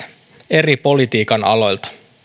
eri politiikan aloilta